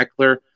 Eckler